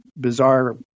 Bizarre